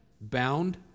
bound